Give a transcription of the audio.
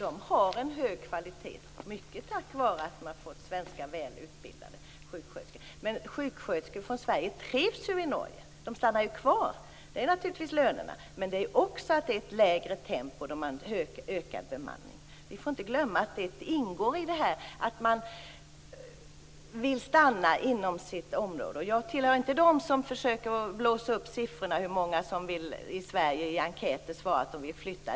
De har en hög kvalitet, mycket tack vare att de har fått svenska, välutbildade sjuksköterskor. Men sjuksköterskor från Sverige trivs ju i Norge, och de stannar kvar. Det beror naturligtvis på lönerna men också på att det är ett lägre tempo på grund av ökad bemanning. Vi får inte glömma att det ingår i detta att man vill stanna inom sitt område. Jag tillhör inte dem som försöker blåsa upp siffrorna för hur många i Sverige som i enkäter har svarat att de vill flytta.